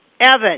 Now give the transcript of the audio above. Evan